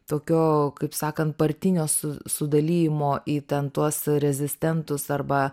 tokio kaip sakant partinio su su dalijimo į ten tuos rezistentus arba